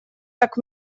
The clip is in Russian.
так